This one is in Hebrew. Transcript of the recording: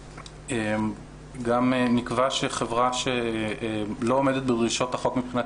גם נקבע שבחברה שלא עומדת בדרישות החוק מבחינת